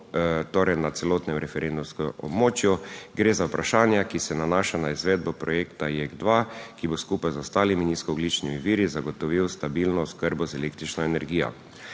Torej, na celotnem referendumskem območju. Gre za vprašanja, ki se nanaša na izvedbo projekta JEK-2, ki bo skupaj z ostalimi nizkoogljičnimi viri zagotovil stabilno oskrbo z električno energijo.